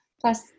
Plus